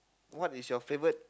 what is your favorite